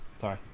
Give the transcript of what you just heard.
Sorry